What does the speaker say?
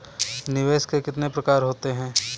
निवेश के कितने प्रकार होते हैं?